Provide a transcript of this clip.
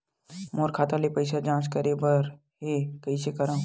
मोर खाता के पईसा के जांच करे बर हे, कइसे करंव?